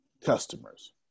customers